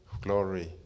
Glory